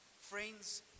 Friends